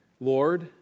Lord